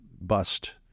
bust